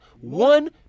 one